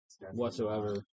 whatsoever